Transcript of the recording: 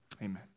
Amen